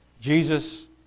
Jesus